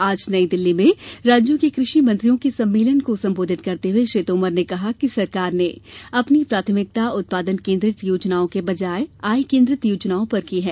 आज नई दिल्ली में राज्यों के क षि मंत्रियो के सम्मेलन को संबोधित करते हुए श्री तोमर ने कहा कि सरकार ने अपनी प्राथमिकता उत्पादन केन्द्रित योजनाओं के बजाय आय केन्द्रित योजनाओं पर की है